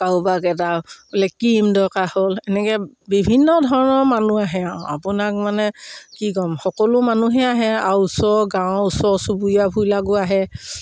কাৰোবাক এটা বোলে ক্ৰীম দৰকাৰ হ'ল এনেকে বিভিন্ন ধৰণৰ মানুহ আহে আৰু আপোনাক মানে কি ক'ম সকলো মানুহে আহে আৰু ওচৰ গাঁৱৰ ওচৰ চুবুৰীয়া বিলাকো আহে